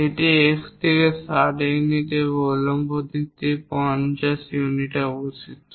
এটি X দিক থেকে 60 ইউনিটে উল্লম্ব দিকে 50 ইউনিটে অবস্থিত